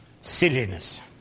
Silliness